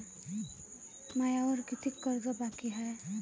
मायावर कितीक कर्ज बाकी हाय?